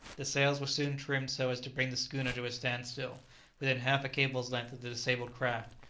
the sails were soon trimmed so as to bring the schooner to a standstill within half a cable's length of the disabled craft,